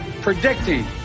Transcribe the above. predicting